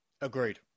Agreed